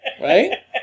Right